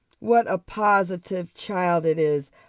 what a positive child it is!